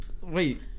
wait